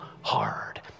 hard